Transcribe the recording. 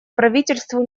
правительству